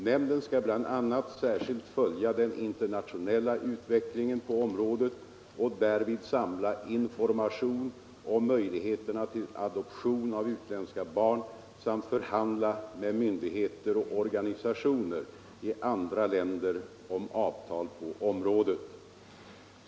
Nämnden skall bl.a. särskilt följa den internationella utvecklingen på området och därvid samla information om möjligheterna till adoption av utländska barn samt förhandla med myndigheter och organisationer i andra länder om avtal på området.